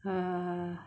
err